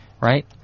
right